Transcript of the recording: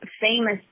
famous